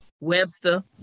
Webster